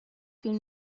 فیلم